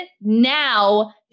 now